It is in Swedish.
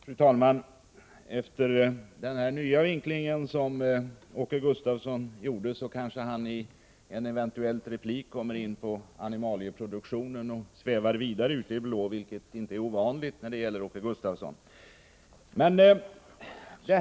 Fru talman! Efter den nya vinkling som Åke Gustavsson gjorde kanske han i en eventuell replik kommer in på animalieproduktionen och svävar vidare ut i det blå, vilket inte är ovanligt när det gäller Åke Gustavsson.